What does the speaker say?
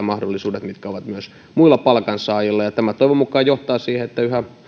mahdollisuudet mitkä ovat myös muilla palkansaajilla tämä toivon mukaan johtaa siihen että yhä